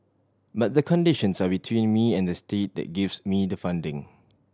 but the conditions are between me and the state that gives me the funding